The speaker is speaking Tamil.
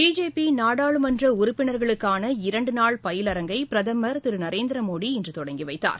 பிஜேபிநாடாளுமன்றஉறுப்பினர்களுக்கான இரண்டுநாள் பயிலரங்கை பிரதமர் திருநரேந்திரமோடி இன்றுதொடங்கிவைத்தார்